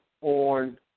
on